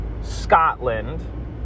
Scotland